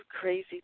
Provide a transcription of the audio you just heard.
crazy